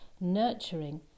nurturing